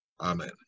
amen